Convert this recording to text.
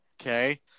Okay